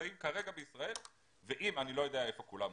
שנמצאים כרגע בישראל ואני לא יודע היכן כולם עובדים.